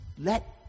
let